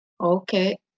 okay